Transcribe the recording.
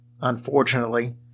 unfortunately